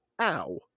ow